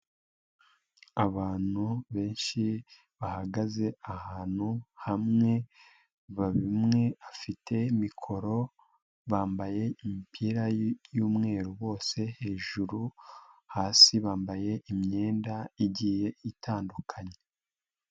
Abantu benshi bahagaze ahantu hamwe, umwe afite mikoro, bambaye imipira y'umweru bose hejuru, hasi bambaye imyenda igiye itandukanye.